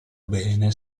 bene